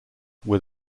were